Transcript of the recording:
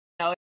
no